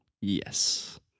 Yes